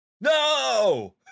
No